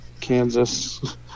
Kansas